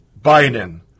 Biden